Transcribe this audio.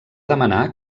demanar